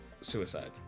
suicide